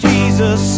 Jesus